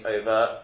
over